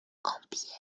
compiègne